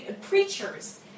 preachers